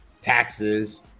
taxes